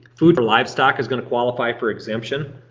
food for livestock is going to qualify for exemption.